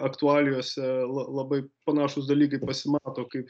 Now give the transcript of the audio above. aktualijose la labai panašūs dalykai pasimato kaip